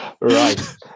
right